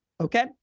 Okay